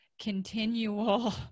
continual